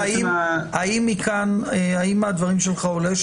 האם מהדברים שלך עולה,